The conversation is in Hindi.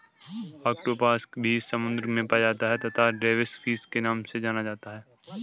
ऑक्टोपस भी समुद्र में पाया जाता है तथा डेविस फिश के नाम से जाना जाता है